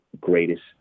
greatest